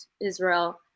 Israel